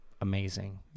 amazing